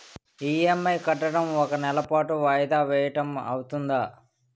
EMI కట్టడం ఒక నెల పాటు వాయిదా వేయటం అవ్తుందా?